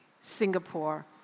Singapore